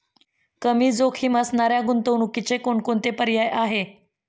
कमी जोखीम असणाऱ्या गुंतवणुकीचे कोणकोणते पर्याय आहे?